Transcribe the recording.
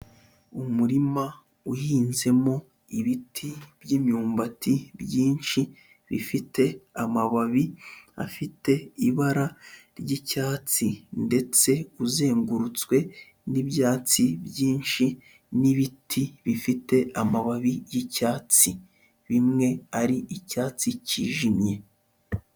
Umurima uhinzemo ibiti by'imyumbati byinshi bifite amababi afite ibara ry'icyatsi, ndetse uzengurutswe n'ibyatsi byinshi n'ibiti bifite amababi y'icyatsi, bimwe ari icyatsi cyijimye.